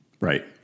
right